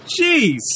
Jeez